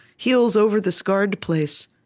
heals over the scarred place,